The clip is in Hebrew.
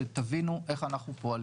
שתבינו איך אנחנו פועלים.